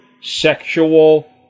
sexual